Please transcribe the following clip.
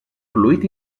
fluid